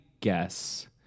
guess